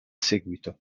seguito